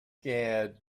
gad